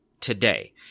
today